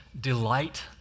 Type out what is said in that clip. delight